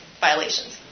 violations